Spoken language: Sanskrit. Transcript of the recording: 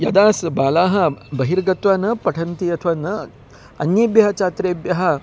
यदा स् बालाः बहिर्गत्वा न पठन्ति अथवा न अन्येभ्यः छात्रेभ्यः